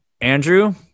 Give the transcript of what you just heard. Andrew